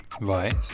Right